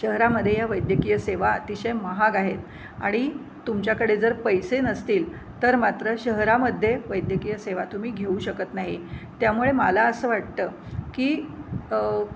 शहरामध्ये या वैद्यकीय सेवा अतिशय महाग आहेत आणि तुमच्याकडे जर पैसे नसतील तर मात्र शहरामध्ये वैद्यकीय सेवा तुम्ही घेऊ शकत नाही त्यामुळे मला असं वाटतं की